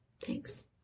Thanks